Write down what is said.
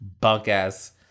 bunk-ass